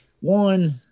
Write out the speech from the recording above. one